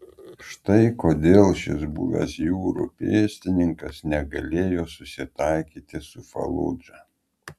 štai kodėl šis buvęs jūrų pėstininkas negalėjo susitaikyti su faludža